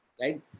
right